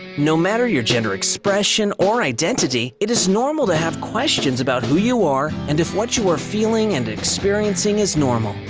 no matter your gender expression or identity, it is normal to have questions about who you are and if what you are feeling and experiencing is normal.